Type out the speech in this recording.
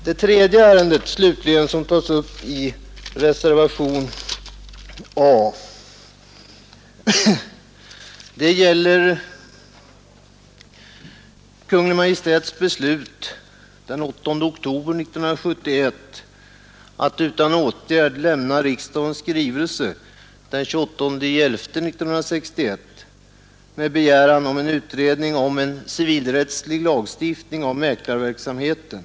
Det tredje ärendet, slutligen, som tas upp i reservationen A gäller Kungl. Maj:ts beslut den 8 oktober 1971 att utan åtgärd lämna riksdagens skrivelse den 28 november 1961 med begäran om en utredning angående civilrättslig lagstiftning om mäklarverksamheten.